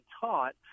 taught